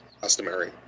Customary